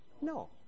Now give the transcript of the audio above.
No